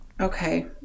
Okay